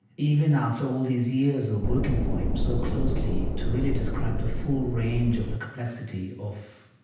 even after all these years of working for him so closely to really describe the full range of the complexity of,